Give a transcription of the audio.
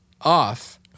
off